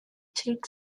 took